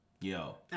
Yo